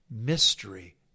mystery